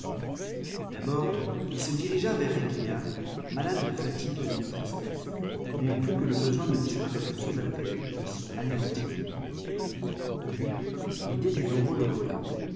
d'abord il se dirigea vers réquillart malade de fatigue et de tristesse n'ayant plus que le besoin de disparaître sous la terre de s'y anéantir puis l'idée du voreux le reprit